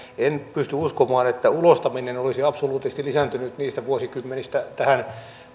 en pysty uskomaan että ulostaminen olisi absoluuttisesti lisääntynyt niistä vuosikymmenistä tähän